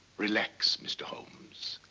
relax, mr. holmes.